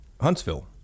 Huntsville